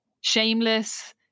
Shameless